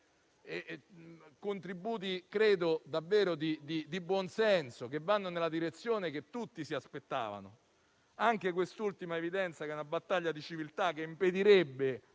contributi di buon senso, che vanno nella direzione che tutti si aspettavano. Anche quest'ultima evidenza, che è una battaglia di civiltà che impedirebbe